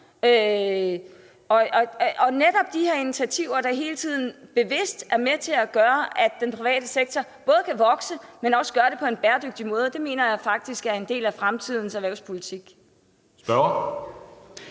Netop de her initiativer, der hele tiden bevidst er med til at gøre, at den private sektor både kan vokse, men at den også gør det på en bæredygtig måde, mener jeg faktisk er en del af fremtidens erhvervspolitik.